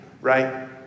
right